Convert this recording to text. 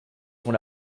sont